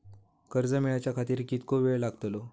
कर्ज मेलाच्या खातिर कीतको वेळ लागतलो?